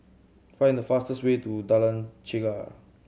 find the fastest way to Jalan Chegar